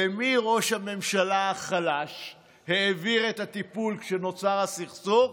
למי ראש הממשלה החלש העביר את הטיפול כשנוצר הסכסוך?